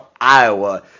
Iowa